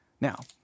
Now